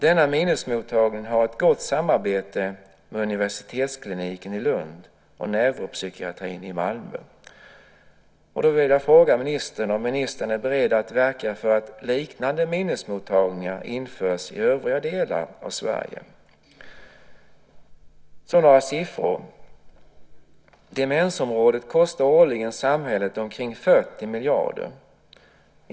Denna minnesmottagning har ett gott samarbete med universitetskliniken i Lund och neuropsykiatrin i Malmö. Jag vill fråga ministern om han är beredd att verka för att liknande minnesmottagningar införs i övriga delar av Sverige. Jag tar nu några siffror. Demensområdet kostar årligen samhället omkring 40 miljarder kronor.